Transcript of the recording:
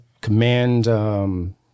command